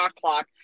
clock